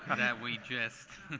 and that we just